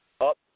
up